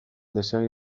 desegin